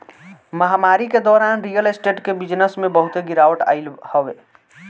महामारी के दौरान रियल स्टेट के बिजनेस में बहुते गिरावट आइल हवे